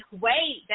wait